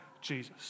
Jesus